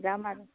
যাম আৰু